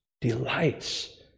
delights